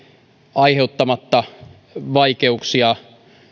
aiheuttamatta vaikeuksia